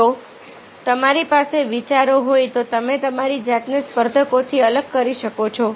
જો તમારી પાસે વિચારો હોય તો તમે તમારી જાતને સ્પર્ધકોથી અલગ કરી શકો છો